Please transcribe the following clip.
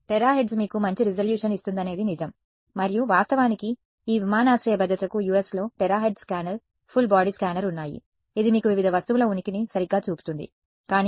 terahertz మీకు మంచి resolution ఇస్తుందనేది నిజం మరియు వాస్తవానికి ఈ విమానాశ్రయ భద్రతకు USలో terahertz scanner full body scanner ఉన్నాయి ఇది మీకు వివిధ వస్తువుల ఉనికిని సరిగ్గా చూపుతుంది కానీ అవి చాలా ఖరీదైన పరికరాలు